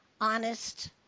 honest